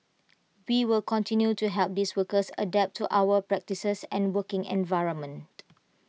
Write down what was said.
we will continue to help these workers adapt to our practices and working environment